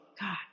god